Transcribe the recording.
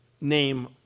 name